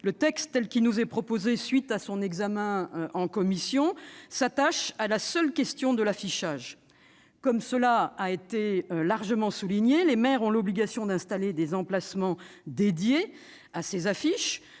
Le texte, tel qu'il nous est proposé à la suite de son examen en commission, s'attache donc à la seule question de l'affichage. Comme cela a été largement souligné, les maires ont l'obligation d'installer des emplacements dédiés à ces affiches,